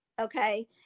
okay